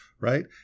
right